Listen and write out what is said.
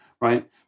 right